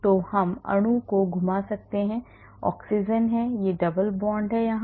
तो हम इस अणु को घुमा सकते हैं ऑक्सीजन है एक डबल बॉन्ड है यहां